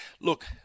Look